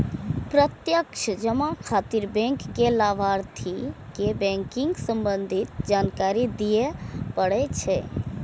प्रत्यक्ष जमा खातिर बैंक कें लाभार्थी के बैंकिंग संबंधी जानकारी दियै पड़ै छै